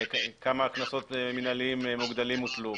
כמה קנסות מינהליים מוגדלים הוטלו?